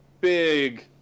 big